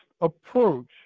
approach